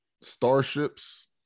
starships